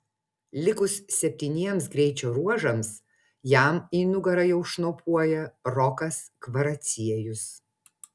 likus septyniems greičio ruožams jam į nugarą jau šnopuoja rokas kvaraciejus